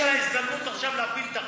יש לה הזדמנות עכשיו להפיל את החוק.